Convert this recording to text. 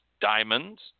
Diamonds